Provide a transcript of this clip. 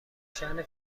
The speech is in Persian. شأن